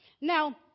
Now